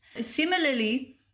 Similarly